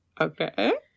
Okay